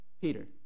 Peter